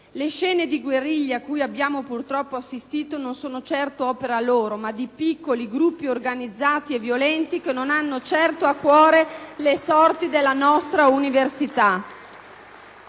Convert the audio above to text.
Le scene di guerriglia cui abbiamo purtroppo assistito non sono certo opera loro, ma di piccoli gruppi organizzati e violenti che non hanno certo a cuore le sorti della nostra università.